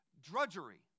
drudgery